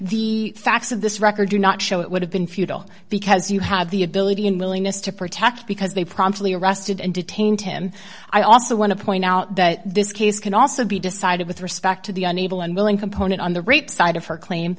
the facts of this record do not show it would have been futile because you have the ability and willingness to protect because they promptly arrested and detained him i also want to point out that this case can also be decided with respect to the unable unwilling component on the rape side of her claim